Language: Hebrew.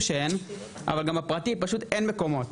שאין אבל גם הפרטי פשוט אין מקומות,